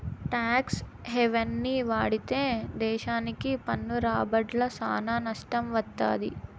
talks హెవెన్ని వాడితే దేశాలకి పన్ను రాబడ్ల సానా నట్టం వత్తది